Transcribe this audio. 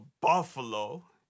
Buffalo